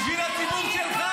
בשביל הציבור שלך.